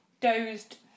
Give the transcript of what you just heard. dozed